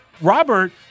Robert